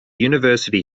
university